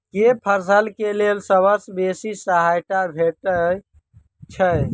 केँ फसल केँ लेल सबसँ बेसी सहायता भेटय छै?